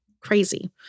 Crazy